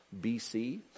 BC